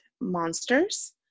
Monsters